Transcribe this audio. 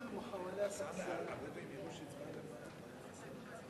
ההצעה להעביר את הצעת חוק גיל הנישואין (תיקון,